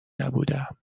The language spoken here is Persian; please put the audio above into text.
نبودهام